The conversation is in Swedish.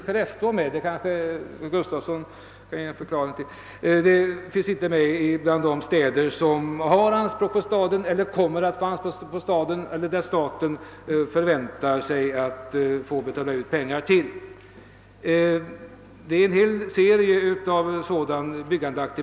Skellefteå finns inte med bland de städer som har eller kommer att ställa anspråk på staten eller som staten räknar med att få betala ut pengar till det kanske herr Gustafsson i Skellefteå kan förklara anledningen till.